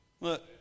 Look